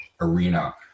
arena